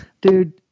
Dude